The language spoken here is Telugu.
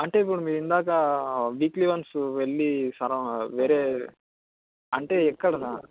అంటే ఇప్పుడు మీరు ఇందాక వీక్లీ వన్స్ వెళ్ళి సర వేరే అంటే ఎక్కడ